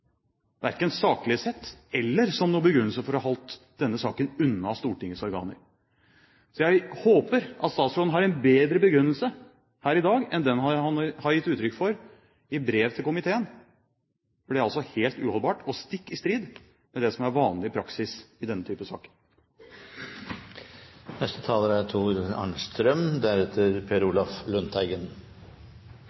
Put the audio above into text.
verken saklig sett eller som noen begrunnelse for å ha holdt denne saken unna Stortingets organer. Jeg håper at statsråden har en bedre begrunnelse her i dag enn den han har gitt uttrykk for i brev til komiteen, for det er helt uholdbart og stikk i strid med det som er vanlig praksis i denne typen saker. Dette har vært en omfattende og etter hvert også vanskelig sak, og det er